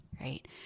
right